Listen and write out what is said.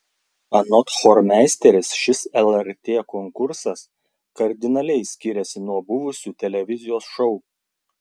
anot chormeisterės šis lrt konkursas kardinaliai skiriasi nuo buvusių televizijos šou